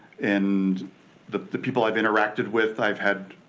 and the the people i've interacted with. i've had